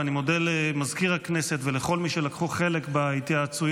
ואני מודה למזכיר הכנסת ולכל מי שלקחו חלק בהתייעצויות,